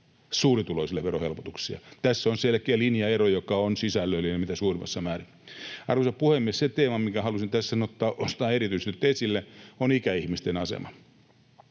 suurituloisille verohelpotuksia. Tässä on selkeä linjaero, joka on sisällöllinen mitä suurimmassa määrin. Arvoisa puhemies! Se teema, minkä halusin tässä nyt ottaa erityisesti esille, on ikäihmisten asema.